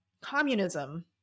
Communism